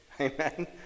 Amen